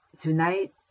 tonight